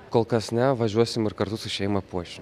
kol kas ne važiuosim ir kartu su šeima puošim